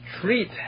treat